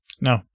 No